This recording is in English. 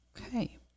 Okay